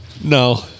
No